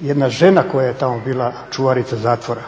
jedna žena koja je tamo bila čuvarica zatvora.